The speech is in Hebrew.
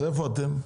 אז איפה אתם?